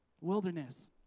Wilderness